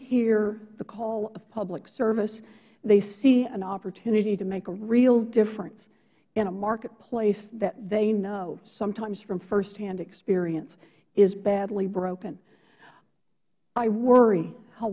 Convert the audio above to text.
hear the call of public service they see an opportunity to make a real difference in a marketplace that they know sometimes from firsthand experience is badly broken i worry how